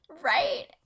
right